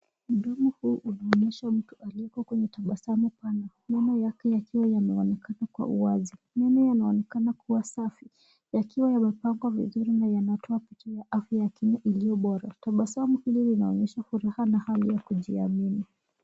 Mdomo huu unaonyesha mtu alioko kwenye tabasamu pana. Meno yake yakiwa yameonekana kwa uwazi. Meno yanaonekana kua safi, yakiwa yamepangwa vizuri na yanatoa hisia ya afya ya kinywa iliyo bora. Tabasamu hii inaonyesha kua na hali ya kujiamini.